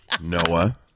noah